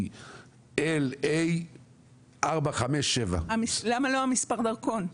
היא LA457. למה לא מספר דרכון?